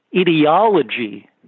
ideology